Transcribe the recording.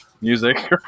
music